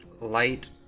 light